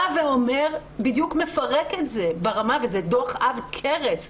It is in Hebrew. בא ואומר, בדיוק מפרק את זה ברמה וזה דוח עב כרס.